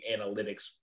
analytics